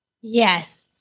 Yes